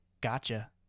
gotcha